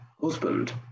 husband